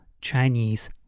Chinese